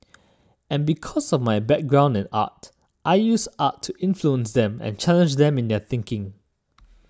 and because of my background in art I use art to influence them and challenge them in their thinking